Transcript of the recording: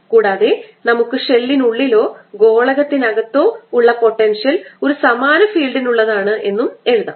കൂടാതെ നമുക്ക് ഷെല്ലിനുള്ളിലോ ഗോളത്തിനകത്തോ ഉള്ള പൊട്ടൻഷ്യൽ ഒരു സമാന ഫീൽഡിനുള്ളതാണ് എന്നും എഴുതാം